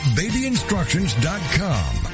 babyinstructions.com